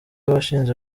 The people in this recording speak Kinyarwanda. washinze